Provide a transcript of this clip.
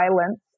violence